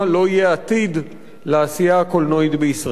לא יהיה עתיד לעשייה הקולנועית בישראל.